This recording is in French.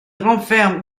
renferment